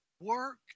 work